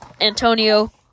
Antonio